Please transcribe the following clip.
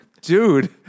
Dude